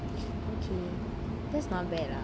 okay that's not bad lah